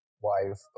wife